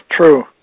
True